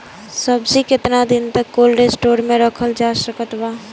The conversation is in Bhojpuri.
सब्जी केतना दिन तक कोल्ड स्टोर मे रखल जा सकत बा?